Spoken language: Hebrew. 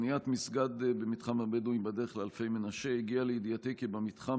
בניית מסגד במתחם הבדואים בדרך לאלפי מנשה: הגיע לידיעתי כי במתחם